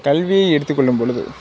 கல்வியை எடுத்துக்கொள்ளும் பொழுது